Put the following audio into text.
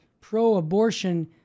pro-abortion